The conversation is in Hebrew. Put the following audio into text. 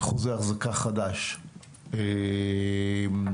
כאשר - מה לעשות - עמידר מובילה בתלונות הציבור אצל מבקר